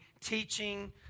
teaching